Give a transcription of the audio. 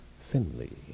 Finley